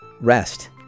Rest